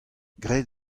graet